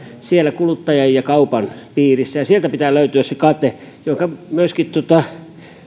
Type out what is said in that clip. siellä kuluttajan ja kaupan piirissä ja sieltä pitää löytyä se kate minkä